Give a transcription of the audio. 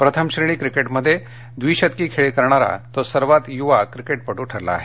प्रथमश्रेणी क्रिकेटमध्ये द्विशतकी खेळी करणारा तो सर्वात युवा क्रिकेटपटू ठरला आहे